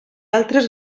altres